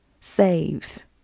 saves